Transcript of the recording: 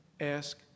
ask